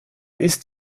ist